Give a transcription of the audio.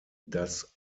das